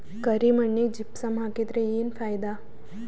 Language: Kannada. ಕರಿ ಮಣ್ಣಿಗೆ ಜಿಪ್ಸಮ್ ಹಾಕಿದರೆ ಏನ್ ಫಾಯಿದಾ?